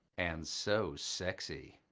and so sexy.